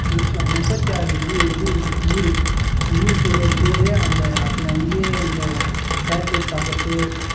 இப்போ எப்படி சொல்வாங்க முப்பத்தாறு வீ இதுருக்கு ஊர் ஊருக்கு ஒருவொரு பேர் அந்த அங்கேயே இந்த சேட்லைட் பார்க்கறது